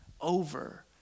over